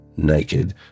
naked